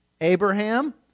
Abraham